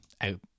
out